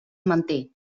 manté